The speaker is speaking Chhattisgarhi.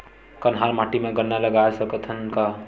कन्हार माटी म गन्ना लगय सकथ न का?